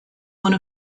one